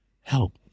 help